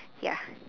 ya